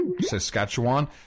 Saskatchewan